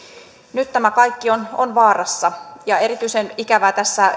nyt tämä kaikki on on vaarassa erityisen ikävää tässä